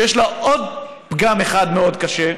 שיש לה עוד פגם אחד מאוד קשה,